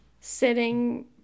sitting